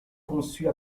conçues